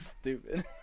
stupid